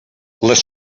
les